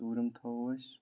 ژوٗرِم تھاوَو أسۍ